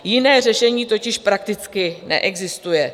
Jiné řešení totiž prakticky neexistuje.